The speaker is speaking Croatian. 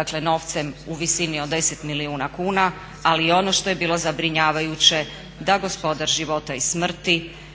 dakle novcem u visini od 10 milijuna kuna, ali i ono što je bilo zabrinjavajuće da gospodar života i smrti